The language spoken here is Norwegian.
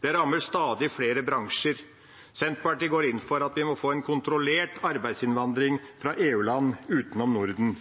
Det rammer stadig flere bransjer. Senterpartiet går inn for at vi må få en kontrollert arbeidsinnvandring fra EU-land utenom Norden.